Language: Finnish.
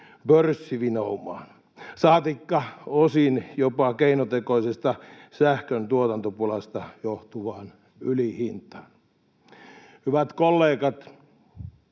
pörssivinoumaan, saatikka osin jopa keinotekoisesta sähkön tuotantopulasta johtuvaan ylihintaan. Hyvät kollegat,